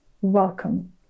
Welcome